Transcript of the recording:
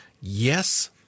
yes